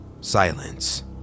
Silence